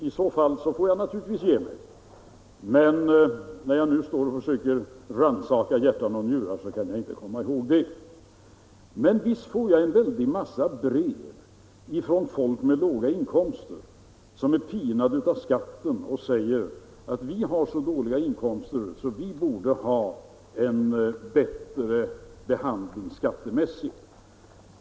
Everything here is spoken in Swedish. I så fall får jag naturligtvis ge mig, men när jag nu står och försöker rannsaka hjärta och njurar kan jag inte komma ihåg det. Visst får jag en väldig massa brev ifrån folk med låga inkomster, människor som är pinade av skatten och som säger att de har så dåliga inkomster att de borde få en bättre behandling skattemässigt.